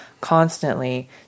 constantly